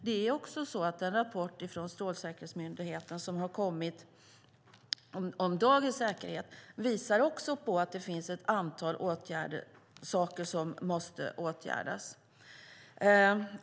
Det är också så att den rapport från Strålsäkerhetsmyndigheten som har kommit om dagens säkerhet visar att det finns ett antal saker som måste åtgärdas.